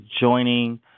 joining